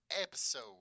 episode